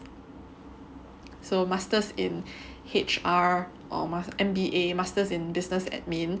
so masters in H_R or mas~ M_B_A masters in business admin